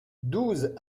douze